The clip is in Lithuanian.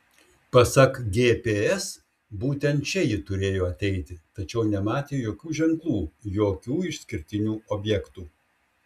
pasak gps būtent čia ji turėjo ateiti tačiau nematė jokių ženklų jokių išskirtinių objektų